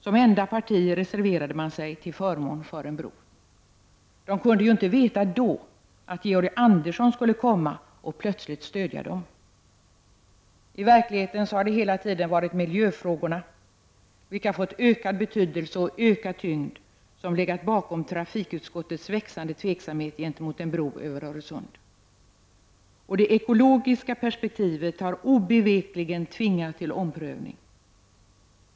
Som enda parti reserverade man sig till förmån för en bro. De kunde ju inte veta att Georg Andersson skulle komma och plötsligt stödja dem. I verkligheten har det hela tiden varit miljöfrågorna, vilka fått ökad betydelse och ökad tyngd, som legat bakom trafikutskottets växade tveksamhet gentemot en bro över Öresund. Det ekologiska perspektivet har obevekligt tvingat till omprövning.